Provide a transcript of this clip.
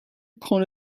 prend